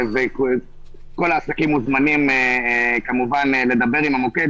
כל העסקים מוזמנים כמובן לדבר עם המוקד,